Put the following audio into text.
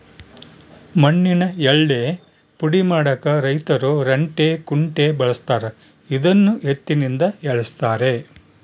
ಮಣ್ಣಿನ ಯಳ್ಳೇ ಪುಡಿ ಮಾಡಾಕ ರೈತರು ರಂಟೆ ಕುಂಟೆ ಬಳಸ್ತಾರ ಇದನ್ನು ಎತ್ತಿನಿಂದ ಎಳೆಸ್ತಾರೆ